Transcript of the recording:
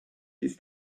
his